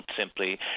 simply